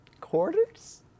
quarters